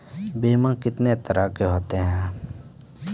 बीमा कितने तरह के होते हैं?